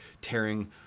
tearing